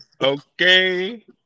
Okay